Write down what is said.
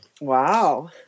Wow